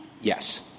Yes